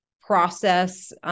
process